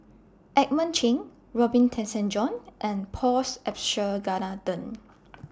Edmund Cheng Robin Tessensohn and Paul's Abisheganaden